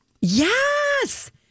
Yes